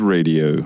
Radio